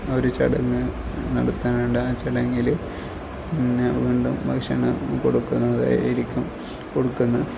ഒരു ചടങ്ങ് നടത്താനുണ്ട് ആ ചടങ്ങിൽ പിന്നെ വീണ്ടും ഭക്ഷണം കൊടുക്കുന്നതായിരിക്കും കൊടുക്കുന്നു